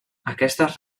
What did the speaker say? aquestes